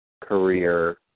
career